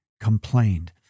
complained